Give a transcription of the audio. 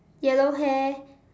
yellow hair